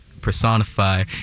personify